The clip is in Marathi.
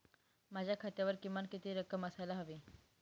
माझ्या खात्यावर किमान किती रक्कम असायला हवी?